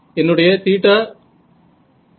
என்னுடைய θ 0